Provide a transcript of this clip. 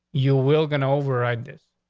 you will get override this.